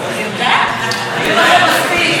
מספיק, מוכנה.